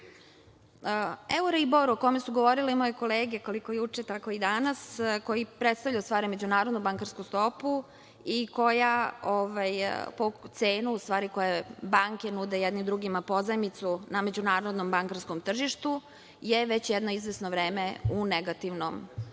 čuvanje. Euribor, o kome su govorile moje kolege koliko juče, tako i danas, koji predstavlja u stvari međunarodnu bankarsku stopu i cenu koju banke nude jedne drugima pozajmicu na međunarodnom bankarskom tržištu je već jedno izvesno vreme u negativnom